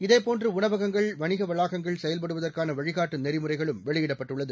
இதேபோன்று உணவகங்கள் வணிக வளாகங்கள் செயல்படுவதற்கான வழிகாட்டு நெறிமுறைகளும் வெளியிடப்பட்டுள்ளது